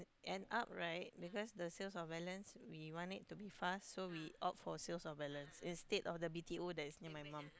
end up right because the sales of balance we want it to be fast so we opt for sales of balance instead of the B_T_O that is near my mum